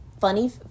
Funny